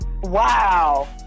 Wow